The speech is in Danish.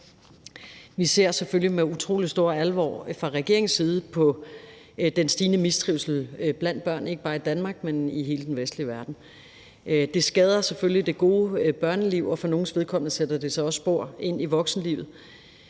regeringens side med utrolig stor alvor på den stigende mistrivsel blandt børn, ikke bare i Danmark, men i hele den vestlige verden. Det skader selvfølgelig det gode børneliv, og for nogles vedkommende sætter det sig også spor ind i voksenlivet,